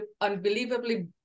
unbelievably